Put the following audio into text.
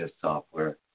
software